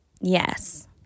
Yes